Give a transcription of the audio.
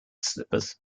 slippers